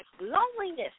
Loneliness